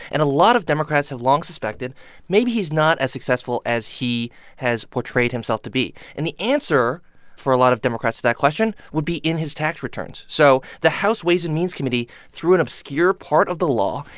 and a lot of democrats have long suspected maybe he's not as successful as he has portrayed himself to be. and the answer for a lot of democrats to that question would be in his tax returns. so the house ways and means committee, through an obscure part of the law,